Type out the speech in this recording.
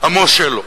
עמו שלו.